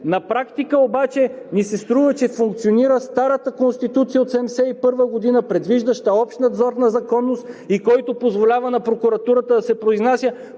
На практика обаче ми се струва, че функционира старата Конституция от 1971 г., предвиждаща общ надзор на законност, който позволява на прокуратурата да се произнася